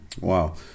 Wow